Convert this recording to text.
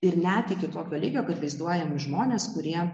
ir net iki tokio lygio kad vaizduojami žmonės kurie